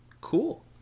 Cool